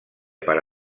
per